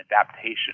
adaptation